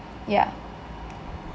yah